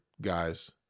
guys